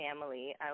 family